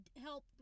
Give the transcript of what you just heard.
help